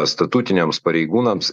statutiniams pareigūnams